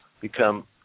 become